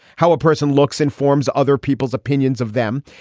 how a person looks in forms, other people's opinions of them.